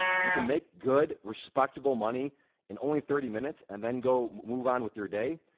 you can make good respectable money in only thirty minutes, and then go move on with your day.